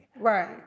Right